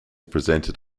presented